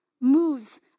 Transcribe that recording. moves